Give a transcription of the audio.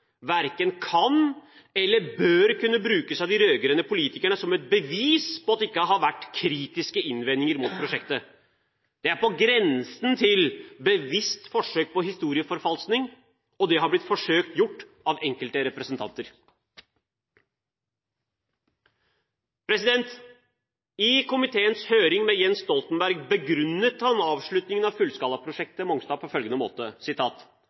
verken kan eller bør kunne brukes av de rød-grønne politikerne som et bevis på at det ikke har vært kritiske innvendinger mot prosjektet. Det er på grensen til bevisst forsøk på historieforfalskning. Og det har blitt forsøkt gjort av enkelte representanter. I komiteens høring med Jens Stoltenberg begrunnet han avslutningen av fullskalaprosjektet på Mongstad på følgende måte: